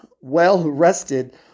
well-rested